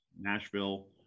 Nashville